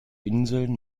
inseln